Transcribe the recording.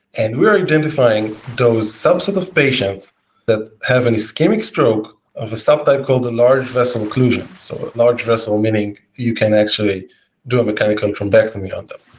and we are identifying those subset of patients that have an ischemic stroke of a subtype called the large vessel occlusion. so large vessel, meaning you can actually do a mechanical thrombectomy on them.